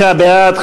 46 בעד,